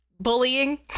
bullying